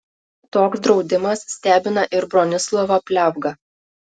toks draudimas stebina ir bronislovą pliavgą